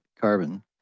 carbon